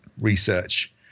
research